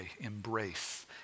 embrace